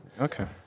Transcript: okay